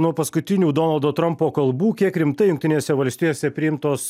nuo paskutinių donaldo trampo kalbų kiek rimtai jungtinėse valstijose priimtos